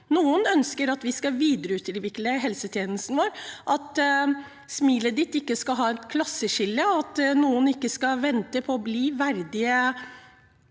Noen ønsker at vi skal videreutvikle helsetjenesten vår, at smilet ikke skal ha et klasseskille, og at ingen skal vente på å bli verdige